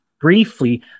Briefly